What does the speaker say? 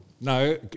No